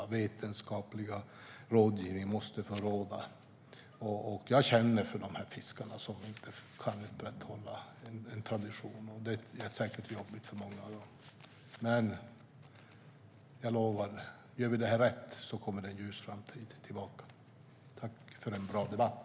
Den vetenskapliga rådgivningen måste få råda. Jag känner för fiskarna som inte kan upprätthålla en tradition. Det är säkert jobbigt för många av dem. Jag lovar att om vi gör rätt kommer en ljus framtid tillbaka. Tack för en bra debatt!